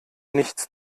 nichts